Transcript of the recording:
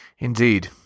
indeed